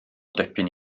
dipyn